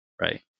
right